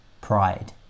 pride